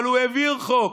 אבל הוא העביר חוק,